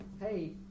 Hey